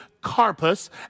Carpus